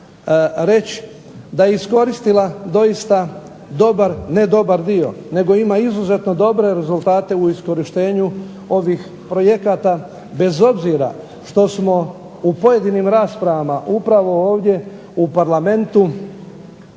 da je iskoristila doista dobar, ne dobar dio nego ima izuzetno dobre rezultate u iskorištenju ovih projekata bez obzira što smo u pojedinim raspravama upravo ovdje u parlamentu